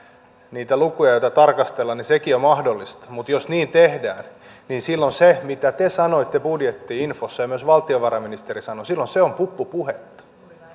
niitä lukuja joita tarkastellaan niin sekin on mahdollista mutta jos niin tehdään niin silloin se mitä te sanoitte budjetti infossa ja myös valtiovarainministeri sanoi on puppupuhetta